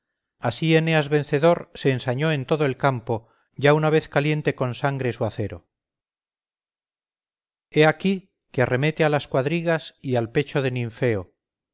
así eneas vencedor se ensañó en todo el campo ya una vez caliente con sangre su acero he aquí que arremete a las cuadrigas y al pecho de nifeo